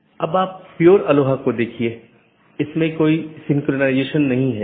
तो यह एक सीधे जुड़े हुए नेटवर्क का परिदृश्य हैं